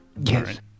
Yes